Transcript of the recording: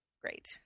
Great